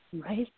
Right